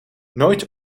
nooit